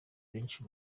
benshi